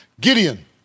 Gideon